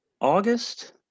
August